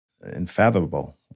unfathomable